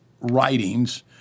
writings